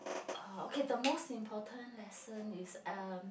oh okay the most important lesson is um